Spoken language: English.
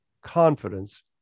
confidence